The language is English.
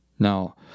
Now